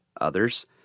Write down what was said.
others